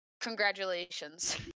Congratulations